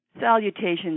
Salutations